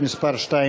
לשנת הכספים 2017,